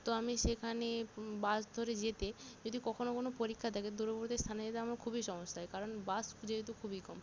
তো আমি সেখানে বাস ধরে যেতে যদি কখনও কোনো পরীক্ষা থাকে দূরবর্তী স্থানে যেতে আমার খুবই সমস্যা হয় কারণ বাস যেহেতু খুবই কম